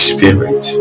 Spirit